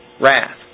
wrath